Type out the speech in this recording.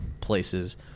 places